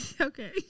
Okay